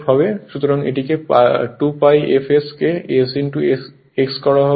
সুতরাং এটিকে 2 pi fs কে s x হবে